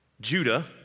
Judah